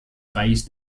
país